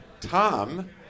Tom